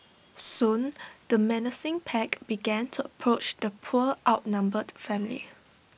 soon the menacing pack began to approach the poor outnumbered family